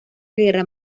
guerra